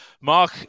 Mark